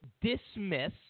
dismiss